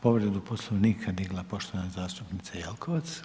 Povredu Poslovnika digla je poštovana zastupnica Jelkovac.